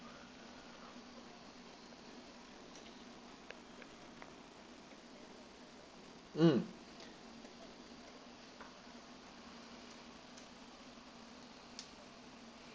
mm